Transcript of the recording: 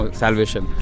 salvation